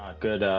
good,